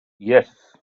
yes